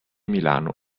milano